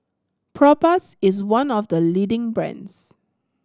Propass is one of the leading brands